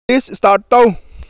ꯂꯤꯁ ꯏꯁꯇꯥꯔꯠ ꯇꯧ